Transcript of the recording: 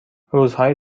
روزهای